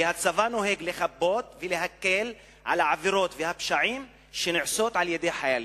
כי הצבא נוהג לחפות ולהקל בעבירות ובפשעים שנעשים על-ידי חיילים.